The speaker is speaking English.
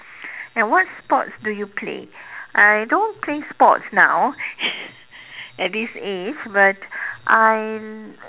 and what sports do you play I don't play sports now at this age but I